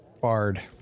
Bard